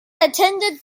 attended